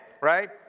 right